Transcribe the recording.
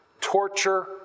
torture